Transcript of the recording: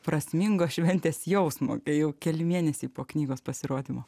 prasmingos šventės jausmo kai jau keli mėnesiai po knygos pasirodymo